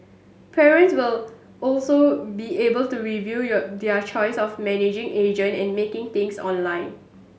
parents will also be able to review your their choice of managing agent and making changes online